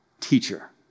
teacher